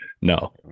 no